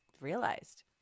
realized